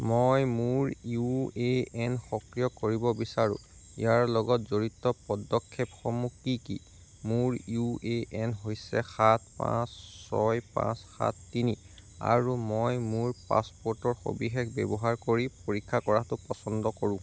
মই মোৰ U A N সক্ৰিয় কৰিব বিচাৰোঁ ইয়াৰ লগত জড়িত পদক্ষেপসমূহ কি কি মোৰ ইউ এ এন হৈছে সাত পাঁচ ছয় পাঁচ সাত তিনি আৰু মই মোৰ পাছপোৰ্টৰ সবিশেষ ব্যৱহাৰ কৰি পৰীক্ষা কৰাটো পচন্দ কৰোঁ